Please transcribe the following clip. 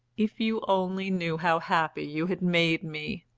if you only knew how happy you had made me!